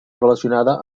relacionada